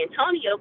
Antonio